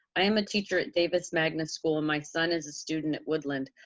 i am a teacher at davis magnet school. and my son is a student at woodland.